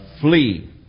flee